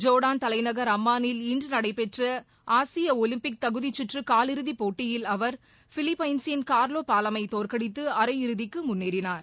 Jordan தலைநகர் அம்மாளில் இன்றுநடைபெற்றஆகியஒலிம்பிக் தகுதிச் கற்றுனலிறதிப் போட்டியில் அவர் பிலிப்பைன்சின் கார்லோபாலத்தைதோற்கடித்துஅரையிறுதிக்குமுன்னேறினார்